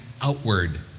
outward